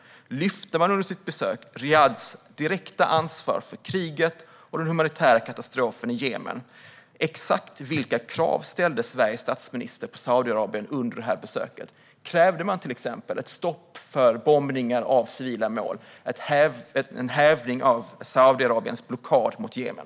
Lyfte man under besöket upp Riyadhs direkta ansvar för kriget och den humanitära katastrofen i Jemen? Exakt vilka krav ställde Sveriges statsminister på Saudiarabien under besöket? Krävde man till exempel ett stopp för bombningar av civila mål och en hävning av Saudiarabiens blockad mot Jemen?